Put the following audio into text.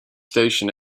station